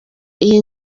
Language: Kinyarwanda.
iyi